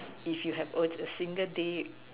if you have a a single day